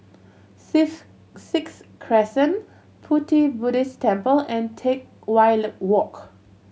Seas Sixth Crescent Pu Ti Buddhist Temple and Teck Whye Walk